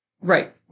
Right